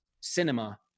cinema